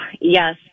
Yes